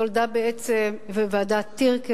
נולדה בעצם בוועדת-טירקל.